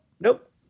Nope